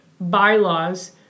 bylaws